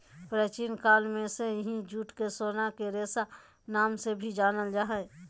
प्राचीन काल से ही जूट के सोना के रेशा नाम से भी जानल जा रहल हय